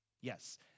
Yes